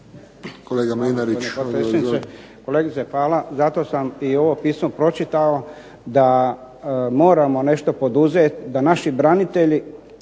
Petar (HDZ)** Kolegice hvala, zato sam i ovo pismo pročitao da moramo nešto poduzeti da naši branitelji,